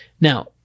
Now